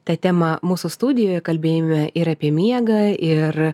tą temą mūsų studijoj kalbėjome ir apie miegą ir